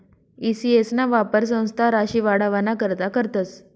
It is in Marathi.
ई सी.एस ना वापर संस्था राशी वाढावाना करता करतस